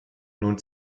nun